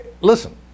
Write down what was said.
listen